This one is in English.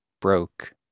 broke